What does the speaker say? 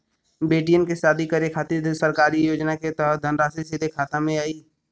बेटियन के शादी करे के खातिर सरकारी योजना के तहत धनराशि सीधे खाता मे आई?